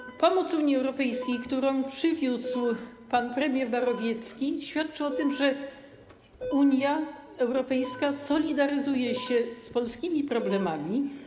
Dzwonek Pomoc Unii Europejskiej, którą przywiózł pan premier Morawiecki, świadczy o tym, że Unia Europejska solidaryzuje się z polskimi problemami.